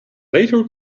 later